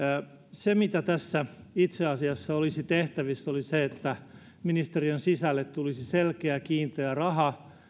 se mitä tässä itse asiassa olisi tehtävissä olisi se että ministeriön sisälle tulisi selkeä kiinteä raha